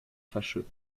fâcheux